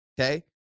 okay